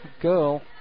girl